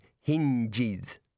hinges